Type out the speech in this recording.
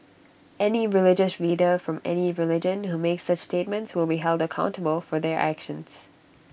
any religious leader from any religion who makes such statements will be held accountable for their actions